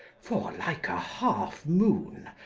for like a half moon,